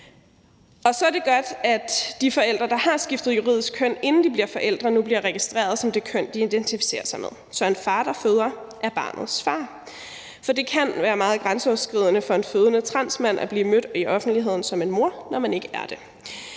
andet er det godt, at de forældre, der har skiftet juridisk køn, inden de bliver forældre, nu bliver registreret som det køn, de identificerer sig med, sådan at en far, der føder, er barnets far. For det kan være meget grænseoverskridende for en fødende transmand at blive mødt i offentligheden som en mor, når man ikke er det.